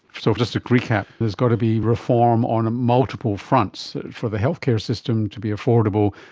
so just a recap there's got to be reform on multiple fronts for the healthcare system to be affordable,